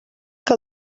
que